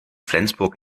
flensburg